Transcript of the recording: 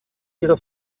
ihre